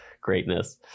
greatness